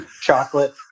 chocolate